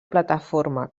plataforma